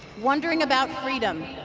wondering about freedom,